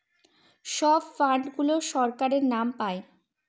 সব ফান্ড গুলো সরকারের নাম পাই